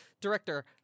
director